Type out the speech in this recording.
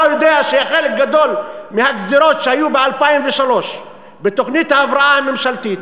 אתה יודע שחלק גדול מהגזירות שהיו ב-2003 בתוכנית ההבראה הממשלתית,